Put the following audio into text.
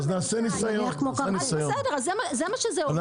זה מה שזה אומר,